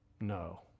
No